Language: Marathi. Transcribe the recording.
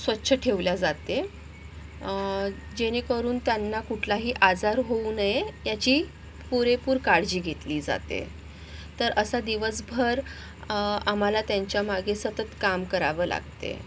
स्वच्छ ठेवल्या जाते जेणेकरून त्यांना कुठलाही आजार होऊ नये याची पुरेपूर काळजी घेतली जाते तर असा दिवसभर आम्हाला त्यांच्यामागे सतत काम करावं लागते